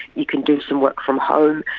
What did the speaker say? you can do some work from home,